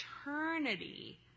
eternity